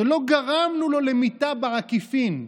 שלא גרמנו לו למיתה בעקיפין,